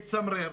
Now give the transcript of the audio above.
מצמרר,